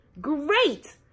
Great